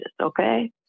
okay